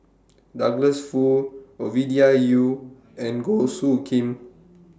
Douglas Foo Ovidia Yu and Goh Soo Khim